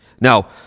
Now